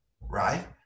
right